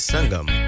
Sangam